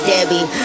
Debbie